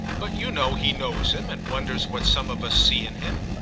but you know he knows him and wonders what some of us see in him.